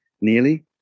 nearly